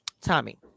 Tommy